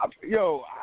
Yo